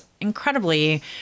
incredibly